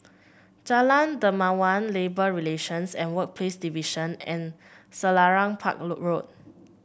Jalan Dermawan Labour Relations and Workplace Division and Selarang Park Road Road